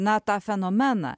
na tą fenomeną